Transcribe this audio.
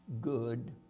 Good